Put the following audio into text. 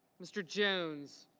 mr. jones.